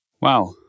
Wow